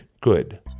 good